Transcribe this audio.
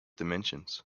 dimensions